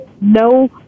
no